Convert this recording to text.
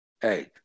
hey